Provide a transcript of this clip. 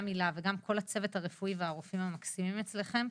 גם הילה וגם כל הצוות הרפואי והרופאים המקסימים אצלכם.